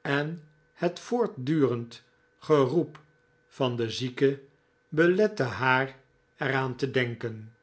en het voortdurend geroep van de zieke belette haar er aan te denken